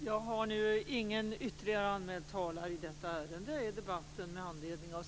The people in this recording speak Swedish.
Fru talman!